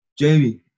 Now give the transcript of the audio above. jamie